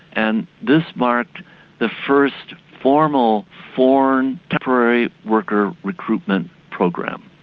and this marked the first formal foreign temporary worker recruitment program,